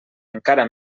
encara